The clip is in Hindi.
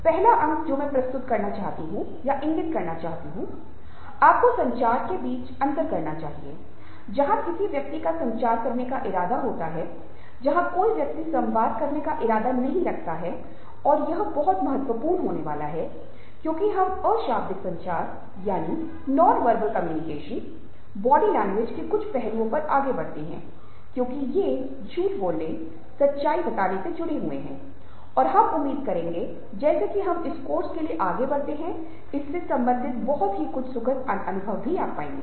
पहला अंक जो मैं प्रस्तुत करना चाहता हूं या इंगित करना चाहता हूं आपको संचार के बीच अंतर करना चाहिए जहां किसी व्यक्ति का संचार करने का इरादा होता है जहां कोई व्यक्ति संवाद करने का इरादा नहीं रखता है और यह बहुत महत्वपूर्ण होने वाला है क्योंकि हम अशाब्दिक संचार बॉडी लैंग्वेज के कुछ पहलुओं पर आगे बढ़ते हैं क्योंकि ये झूठ बोलने सच्चाई बताने से जुड़े हुए हैं और हम उम्मीद करेंगे जैसे ही हम इस कोर्स के लिए आगे बढ़ते हैं इससे संबंधित कुछ बहुत ही सुखद अनुभव आपको होंगे